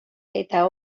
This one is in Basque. eta